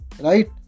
right